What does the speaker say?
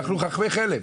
אנחנו חכמי חלם,